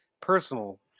Personal